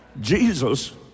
Jesus